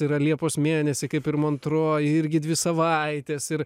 yra liepos mėnesį kaip ir montro irgi dvi savaitės ir